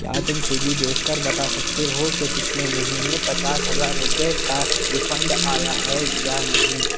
کیا تم سوئگی دیکھ کر بتا سکتے ہو کہ پچھلے مہینے پچاس ہزار روپئے کا ریفنڈ آیا ہے یا نہیں